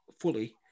fully